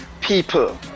people